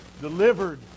Delivered